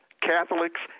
Catholics